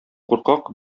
куркак